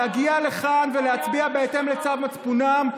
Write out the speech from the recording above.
להגיע לכאן ולהצביע בהתאם לצו מצפונם,